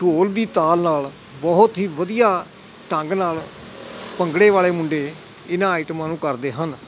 ਢੋਲ ਦੀ ਤਾਲ ਨਾਲ ਬਹੁਤ ਹੀ ਵਧੀਆ ਢੰਗ ਨਾਲ ਭੰਗੜੇ ਵਾਲੇ ਮੁੰਡੇ ਇਹਨਾਂ ਆਈਟਮਾਂ ਨੂੰ ਕਰਦੇ ਹਨ